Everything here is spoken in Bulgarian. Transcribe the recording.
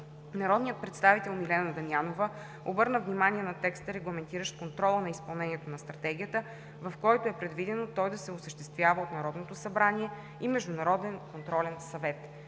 Народният представител Милена Дамянова обърна внимание на текста, регламентиращ контрола на изпълнението на Стратегията, в който е предвидено той да се осъществява от Народното събрание и Международен контролен съвет.